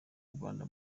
rwanda